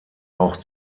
auch